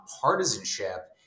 partisanship